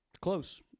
Close